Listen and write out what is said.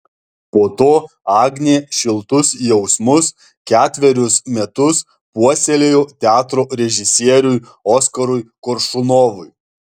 po to agnė šiltus jausmus ketverius metus puoselėjo teatro režisieriui oskarui koršunovui